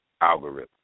algorithm